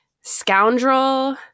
scoundrel